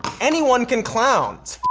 anyone can clown.